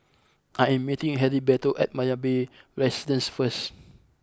I am meeting Heriberto at Marina Bay Residences first